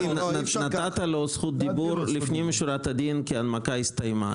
נתת לו זכות דיבור לפנים משורת הדין כי ההנמקה הסתיימה.